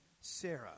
Sarah